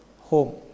Home